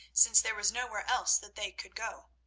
since there was nowhere else that they could go,